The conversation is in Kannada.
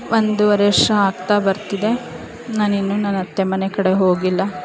ಒಂದುವರೆ ವರ್ಷ ಆಗ್ತಾ ಬರ್ತಿದೆ ನಾನಿನ್ನೂ ನನ್ನ ಅತ್ತೆ ಮನೆ ಕಡೆ ಹೋಗಿಲ್ಲ